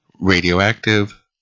radioactive